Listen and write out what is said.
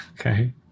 Okay